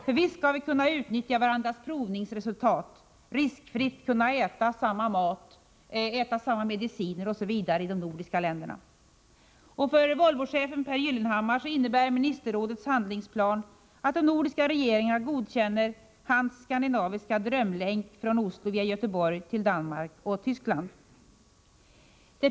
För visst bör vi kunna utnyttja provningsresultat, riskfritt kunna äta samma mat och samma mediciner osv. i de nordiska länderna. För Volvochefen Pehr Gyllenhammar innebär ministerrådets handlingsplan att de nordiska regeringarna godkänner hans skandinaviska drömlänk från Oslo via Göteborg till Danmark och Tyskland.